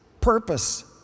purpose